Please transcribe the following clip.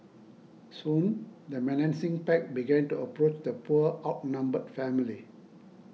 soon the menacing pack began to approach the poor outnumbered family